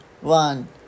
one